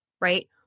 Right